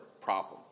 problem